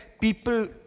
people